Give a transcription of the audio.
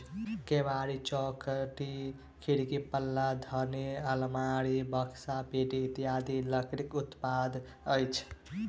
केबाड़, चौखटि, खिड़कीक पल्ला, धरनि, आलमारी, बकसा, पेटी इत्यादि लकड़ीक उत्पाद अछि